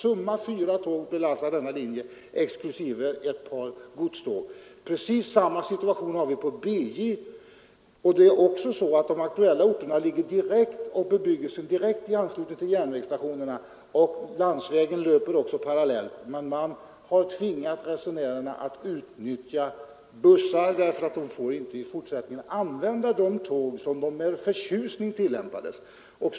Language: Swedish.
Summa fyra tåg belastar alltså denna linje exklusive eventuella godståg. Precis samma situation råder på BJ, och också i det fallet ligger bebyggelsen på de aktuella orterna i direkt anslutning till järnvägsstationerna — landsvägen löper parallellt med järnvägen — men man har tvingat resenärerna att utnyttja bussar. De får inte i fortsättningen använda de tåg som de med förtjusning har rest med.